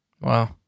wow